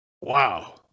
wow